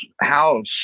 house